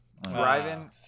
Driving